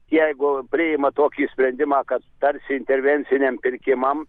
jeigu priima tokį sprendimą kad tarsi intervenciniam pirkimam